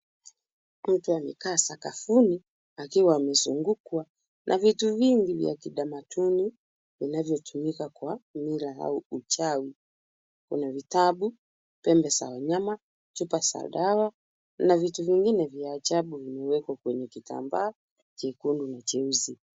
Mtu amekaa sakafuni akiwa amezungukwa na vitu vingi vya kitamaduni vinavyotumika kwa mila au uchawi. Kuna vitabu, pembe za wanyama, chupa za dawa na vitu vingine vya ajabu vimeekwa kwenye kitambaa chekundu na chausi.